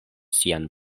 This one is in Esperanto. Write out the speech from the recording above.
sian